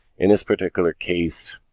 in this particular case,